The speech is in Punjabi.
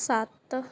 ਸੱਤ